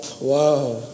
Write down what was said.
Wow